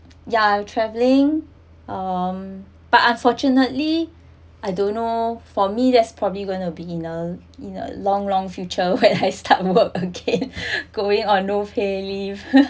ya travelling um but unfortunately I don't know for me there's probably going to be in a in a long long future when I start work again going on no pay leave